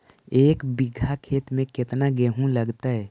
एक बिघा खेत में केतना गेहूं लगतै?